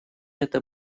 это